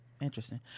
Interesting